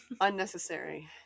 Unnecessary